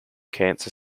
cancer